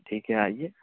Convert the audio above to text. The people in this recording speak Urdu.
ٹھیک ہے آئیے